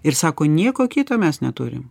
ir sako nieko kito mes neturim